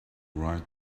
write